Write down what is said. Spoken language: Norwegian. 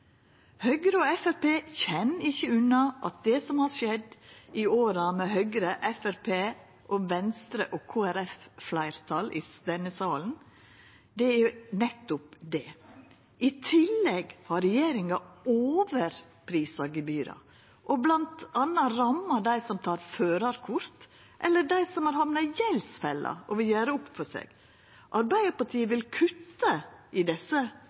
Høgre og Framstegspartiet kjem ikkje unna at det som har skjedd i åra med Høgre, Framstegspartiet, Venstre og Kristeleg Folkeparti i fleirtal i denne salen, er nettopp det. I tillegg har regjeringa overprisa gebyra og bl.a. ramma dei som tek førarkort, og dei som har hamna i gjeldsfella og vil gjera opp for seg. Arbeidarpartiet vil kutta i desse